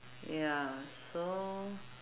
ya so